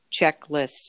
checklist